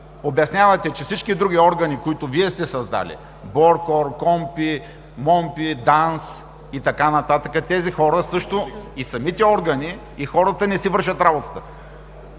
Обяснявате, че всички други органи, които Вие сте създали – БОРКОР, КОНПИ-„МОМПИ“, ДАНС и така нататък, тези хора, а също и самите органи и хората не си вършат работата.